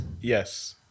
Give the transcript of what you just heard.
Yes